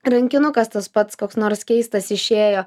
rankinukas tas pats koks nors keistas išėjo